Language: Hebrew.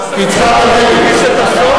כי הצבעת נגד.